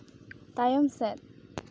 ᱛᱟᱭᱚᱢ ᱥᱮᱫ